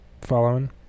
Following